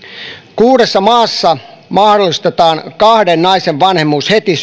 kuudessa maassa mahdollistetaan kahden naisen vanhemmuus heti